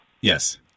Yes